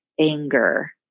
anger